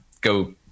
go